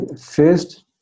first